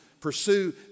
Pursue